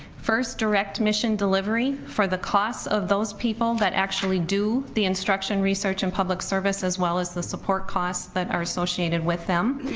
first, direct mission delivery, for the costs of those people that actually do the instruction, research and public service as well as the support costs that are associated with them.